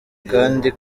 kandi